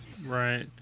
right